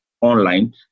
online